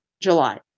July